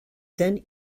then